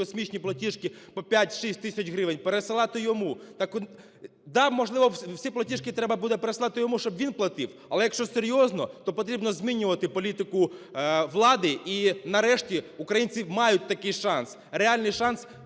космічні платіжки по 5-6 тисяч гривень, пересилати йому. Да, можливо, всі платіжки треба буде переслати йому, щоб він платив. Але, якщо серйозно, то потрібно змінювати політику влади. І нарешті українці мають такий шанс, реальний шанс